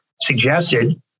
suggested